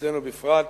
ואצלנו בפרט,